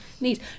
need